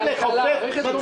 של חבר הכנסת מיקי לוי.